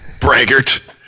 Braggart